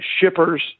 shippers